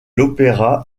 l’opéra